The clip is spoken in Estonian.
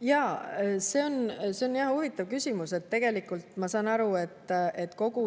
Jaa, see on jah huvitav küsimus. Tegelikult ma saan aru, et kogu